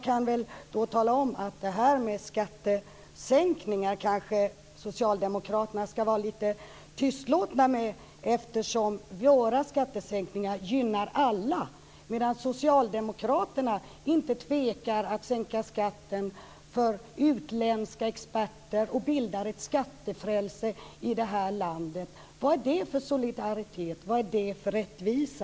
Kanske ska socialdemokraterna vara lite tystlåtna om detta, eftersom våra skattesänkningar gynnar alla, medan socialdemokraterna inte tvekar inför att sänka skatten för utländska experter och skapar ett skattefrälse i vårt land. Vad är det för solidaritet och rättvisa?